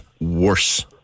worse